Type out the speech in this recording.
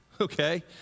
okay